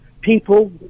people